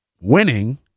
winning –